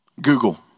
Google